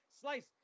slice